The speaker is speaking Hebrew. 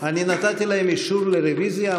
אני נתתי להם אישור לרוויזיה.